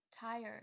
tired